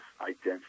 identity